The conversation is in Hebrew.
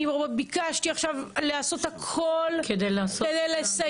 אני ביקשתי עכשיו לעשות הכול כדי לסייע.